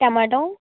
tomato